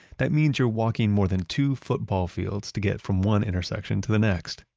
that means you're walking more than two football fields to get from one intersection to the next.